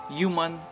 human